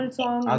song